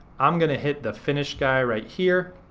i'm gonna hit the finish guy right here.